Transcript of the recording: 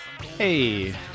Hey